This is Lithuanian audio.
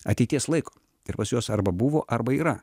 ateities laiko ir pas juos arba buvo arba yra